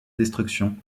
destruction